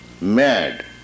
mad